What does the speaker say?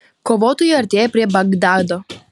kovotojai artėja prie bagdado